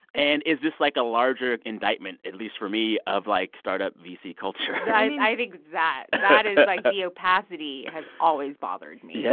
and is this like a larger indictment, at least for me, of, like, start-up vc culture? yeah, i think it's that that is like, the opacity has always bothered me yeah.